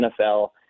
NFL